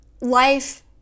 life